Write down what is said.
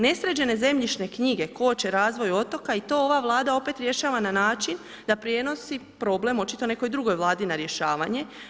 Nesređene zemljišne knjige koče razvoj otoka i to ova Vlada opet rješava na način da prijenosi problem očito nekoj drugoj Vladi na rješavanje.